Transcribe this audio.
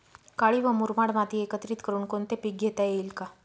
काळी व मुरमाड माती एकत्रित करुन कोणते पीक घेता येईल का?